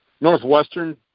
Northwestern